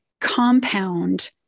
compound